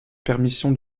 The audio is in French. permission